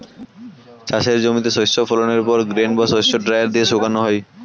চাষের জমিতে শস্য ফলনের পর গ্রেন বা শস্য ড্রায়ার দিয়ে শুকানো হয়